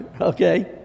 okay